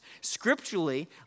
Scripturally